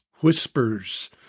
whispers